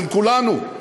של כולנו,